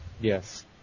Yes